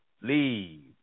Leave